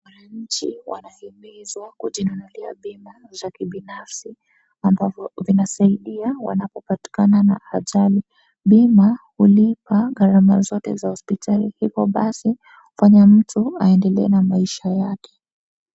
Mwanachi wanatimizwa kujinunulia bima za kibinafsi . Ambapo vinasaidia wanapopatikana na ajali bima hulipa garama zote za hospitali hivo basi hufanya mtu aendele na maisha yake.